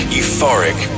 euphoric